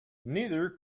neither